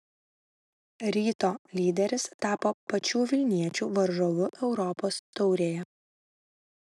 ryto lyderis tapo pačių vilniečių varžovu europos taurėje